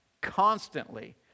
constantly